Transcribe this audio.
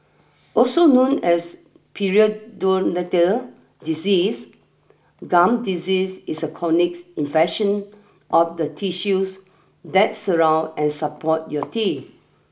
also known as periodontal disease gum disease is a chronic infection of the tissues that surround and support your teeth